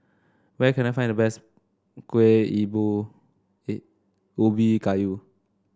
where can I find the best Kueh Ubi Kayu